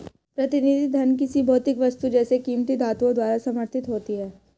प्रतिनिधि धन किसी भौतिक वस्तु जैसे कीमती धातुओं द्वारा समर्थित होती है